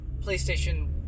PlayStation